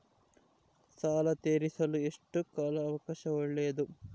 ಸಾಲ ತೇರಿಸಲು ಎಷ್ಟು ಕಾಲ ಅವಕಾಶ ಒಳ್ಳೆಯದು?